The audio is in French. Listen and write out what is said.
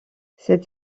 cette